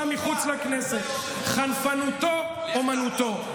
חנפנותך אומנותך.